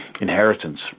inheritance